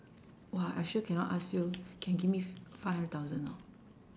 !wah! I sure cannot ask you can give me f~ five hundred thousand or not